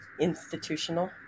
Institutional